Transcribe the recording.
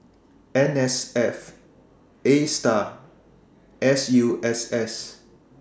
N S F A STAR and S U S S